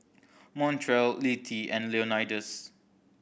Montrell Littie and Leonidas